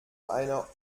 einer